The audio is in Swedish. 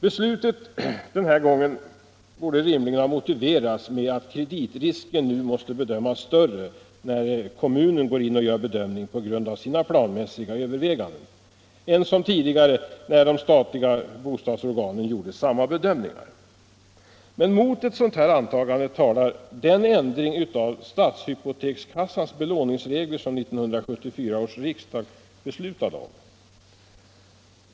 Beslutet den här gången borde rimligen ha motiverats med att kreditrisken bedömdes vara större när kommunen gjorde bedömningen på grundval av sina planmässiga överväganden än då det statliga bostadsorganet gjorde samma bedömningar. Men mot ett sådant antagande talar den ändring av Stadshypotekskassans belåningsregler som 1974 års riksdag beslutade om.